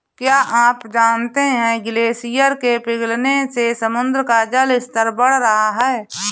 क्या आप जानते है ग्लेशियर के पिघलने से समुद्र का जल स्तर बढ़ रहा है?